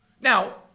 Now